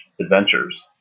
Adventures